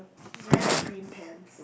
he's wearing like green pants